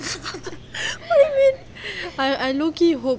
I mean I I low key hope